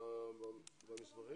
במסמכים?